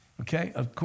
Okay